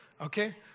Okay